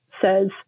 says